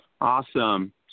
Awesome